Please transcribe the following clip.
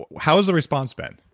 how has the response been?